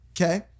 okay